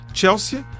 Chelsea